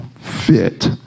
fit